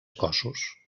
cossos